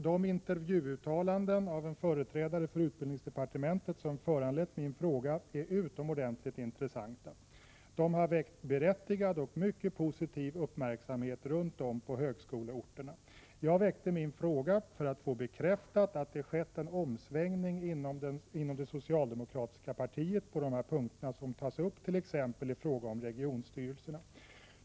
De intervjuuttalanden av en företrädare för utbildningsdepartementet som föranlett min fråga är utomordentligt intressanta. De har väckt berättigad och mycket positiv uppmärksamhet runt om på högskoleorterna. Jag väckte min fråga för att få bekräftat att det skett en omsvängning inom det socialdemokratiska partiet på de punkter som tas upp, t.ex. i fråga om regionstyrelserna.